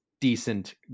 decent